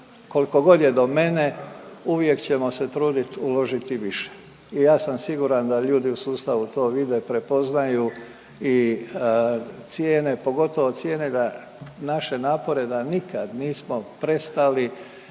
koliko god je do mene, uvijek ćemo se truditi uložiti više i ja sam siguran da ljudi u sustavu to vide, prepoznaju i cijene, pogotovo cijene da, naše napore da nikad nismo prestali